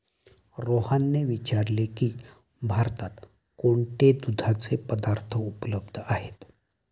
रोहनने विचारले की भारतात कोणते दुधाचे पदार्थ उपलब्ध आहेत?